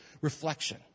reflection